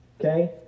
Okay